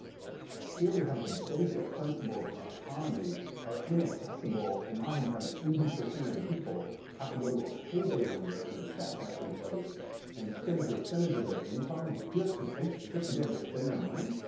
sure. here we have the basic principles of our economy are inaccessible in my hometown to eighty percent of the people have to go to a payday lender and a check cashing place and spend a percentage of their income just to take just to be able to spend their money.